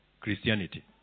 Christianity